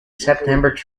september